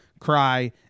cry